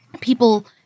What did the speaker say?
people